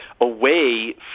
away